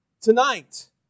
Tonight